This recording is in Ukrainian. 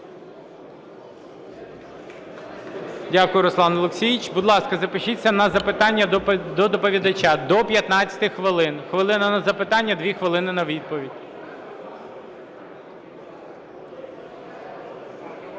Дякую, Руслан Олексійович. Будь ласка, запишіться на запитання до доповідача – до 15 хвилин: хвилина – на запитання, 2 хвилини – на відповідь.